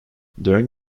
during